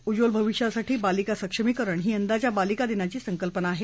उज्वल भविष्यासाठी बालिका सक्षमीकरण ही यंदाच्या बालिका दिनाची संकल्पना आहे